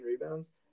rebounds